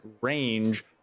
range